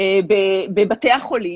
בבתי החולים?